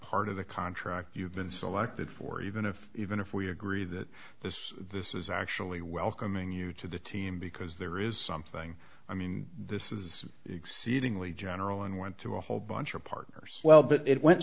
part of the contract you've been selected for even if even if we agree that this this is actually welcoming you to the team because there is something i mean this is exceedingly general and went to a whole bunch of partners well but it went